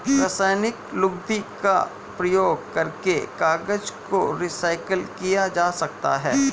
रासायनिक लुगदी का प्रयोग करके कागज को रीसाइकल किया जा सकता है